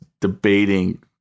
debating